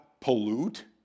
pollute